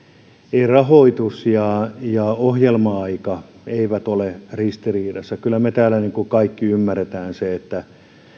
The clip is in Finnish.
eivät rahoitus ja ja ohjelma aika ole ristiriidassa kyllä me täällä kaikki ymmärrämme sen että